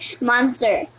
Monster